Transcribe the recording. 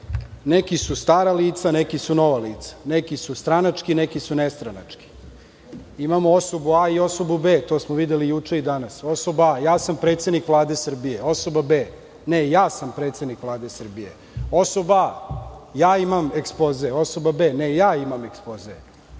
Neki su stara lica, a neki su nova lica. Neki su stranački, a neki su nestranački. Imamo osobu A i osobu B. To smo videli i juče i danas. Osoba A – ja sam predsednik Vlade Srbije. Osoba B – ne, ja sam predsednik Vlade Srbije. Osoba A – ja imam ekspoze. Osoba B – ne, ja imam ekspoze.